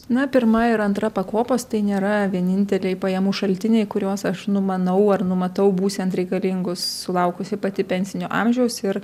na pirma ir antra pakopos tai nėra vieninteliai pajamų šaltiniai kuriuos aš numanau ar numatau būsiant reikalingus sulaukusi pati pensinio amžiaus ir